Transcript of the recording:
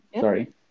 sorry